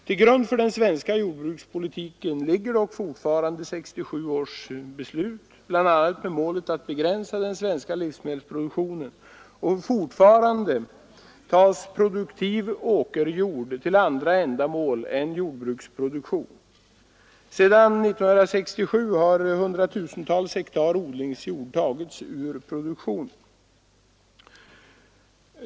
Till grund för den svenska jordbrukspolitiken ligger dock fortfarande 1967 års beslut, bl.a. med målet att begränsa den svenska livsmedelsproduktionen, och fortfarande tas produktiv åkerjord till andra ändamål än jordbruksproduktion. Sedan 1967 har hundratusentals hektar odlingsjord tagits ur produktionen.